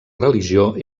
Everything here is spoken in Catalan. religió